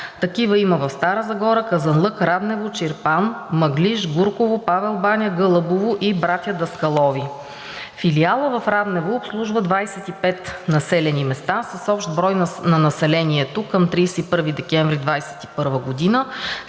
Такива има в Стара Загора, Казанлък, Раднево, Чирпан, Мъглиж, Гурково, Павел баня, Гълъбово и Братя Даскалови. Филиалът в Раднево обслужва 25 населени места с общ брой на населението към 31 декември 2021 г.